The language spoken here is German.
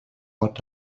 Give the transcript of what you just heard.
ort